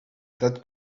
that